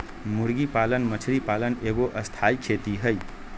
मुर्गी पालन मछरी पालन एगो स्थाई खेती हई